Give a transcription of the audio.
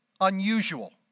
unusual